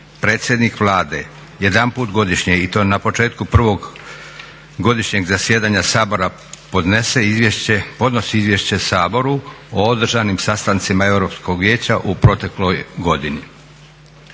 predsjednik Vlade jedanput godišnje i to na početku prvog godišnjeg zasjedanja Sabora podnosi izvješće Saboru o održanim sastancima Europskog vijeća u protekloj godini.